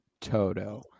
Toto